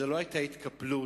זו לא היתה התקפלות.